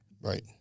Right